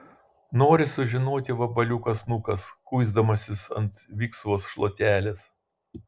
nori sužinoti vabaliukas nukas kuisdamasis ant viksvos šluotelės